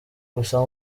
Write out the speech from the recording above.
gusa